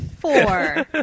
four